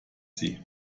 sie